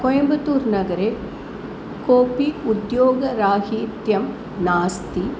कोयम्बतूर्नगरे कोऽपि उद्योगरहितः नास्ति